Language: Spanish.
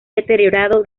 deteriorado